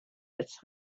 its